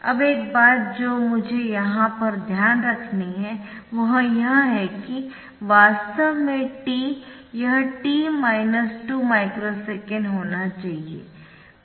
अब एक बात जो मुझे यहाँ पर ध्यान रखनी है वह यह है कि वास्तव में t यह t माइनस 2 माइक्रो सेकेंड होना चाहिए